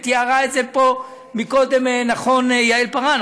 ותיארה את זה פה קודם נכון יעל פארן,